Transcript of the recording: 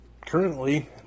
currently